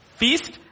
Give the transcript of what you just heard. feast